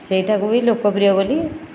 ସେଇଟାକୁ ବି ଲୋକପ୍ରିୟ ବୋଲି